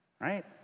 right